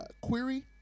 query